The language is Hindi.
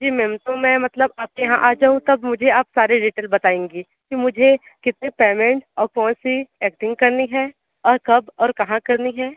जी मैम तो मैं मतलब आपके यहाँ आ जाऊँ तब आप मुझे सारी डिटेल बताएंगी कि मुझे कितनी पेमेंट और कौन सी एक्टिंग करनी है और कब और कहाँ करनी है